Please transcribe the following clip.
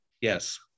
Yes